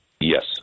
Yes